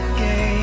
game